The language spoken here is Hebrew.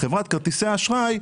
חברת כרטיסי האשראי,